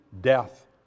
death